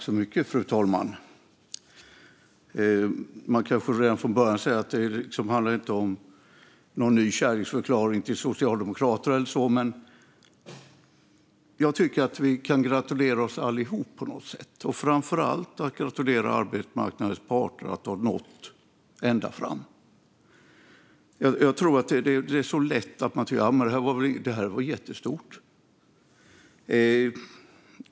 Fru talman! Det här handlar inte om en ny kärleksförklaring till Socialdemokraterna, men jag tycker att vi kan gratulera oss alla och framför allt gratulera arbetsmarknadens parter för att ha nått ända fram. Det är lätt att tycka att det här är jättestort.